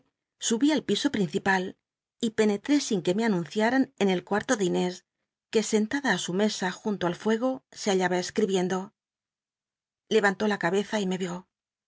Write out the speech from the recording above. subí al piso pincipal y penetré sin que me anunciaran en el cuarto de inés que sentada á su mesa junto al fuego se hallaba escribiendo levantó la cabeza y me